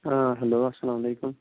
hello السلامُ علیکُم